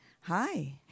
Hi